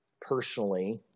personally